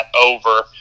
over